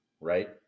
right